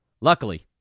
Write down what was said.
Luckily